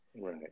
Right